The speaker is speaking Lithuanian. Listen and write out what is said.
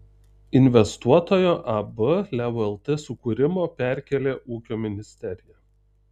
investuotojo ab leo lt sukūrimo perkėlė ūkio ministerija